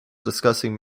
discussing